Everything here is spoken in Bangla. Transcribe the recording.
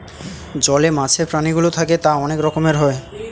জলে মাছের প্রাণীগুলো থাকে তা অনেক রকমের হয়